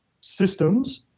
systems